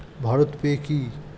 Bharat pay কি?